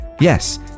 Yes